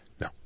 No